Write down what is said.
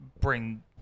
bring